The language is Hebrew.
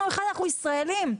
אנחנו ישראלים.